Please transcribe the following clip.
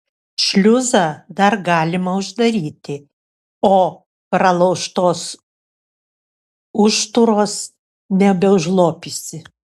šliuzą dar galima uždaryti o pralaužtos užtūros nebeužlopysi